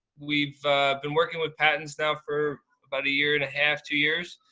we've been working with patents now for about a year and a half, two years,